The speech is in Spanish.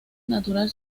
natural